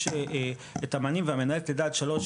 יש את המענים והמנהלת לידה עד שלוש,